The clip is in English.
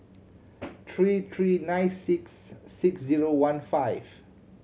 three three nine six six zero one five